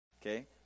Okay